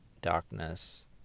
darkness